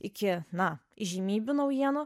iki na įžymybių naujienų